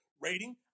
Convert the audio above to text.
rating